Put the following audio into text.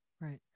Right